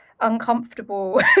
uncomfortable